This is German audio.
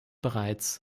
bereits